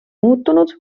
muutunud